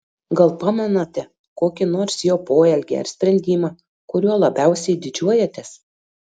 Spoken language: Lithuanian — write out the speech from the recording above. gal pamenate kokį nors jo poelgį ar sprendimą kuriuo labiausiai didžiuojatės